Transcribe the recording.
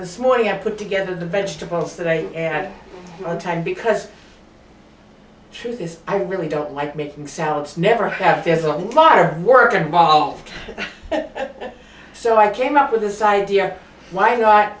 this morning i put together the vegetables today and the time because truth is i really don't like making salads never have there's a fire work involved so i came up with this idea why not